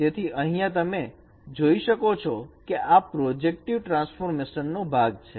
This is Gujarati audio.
તેથી અહીંયા તમે જોઈ શકો છો કે આ પ્રોજેક્ટિવ ટ્રાન્સફોર્મેશન નો ભાગ છે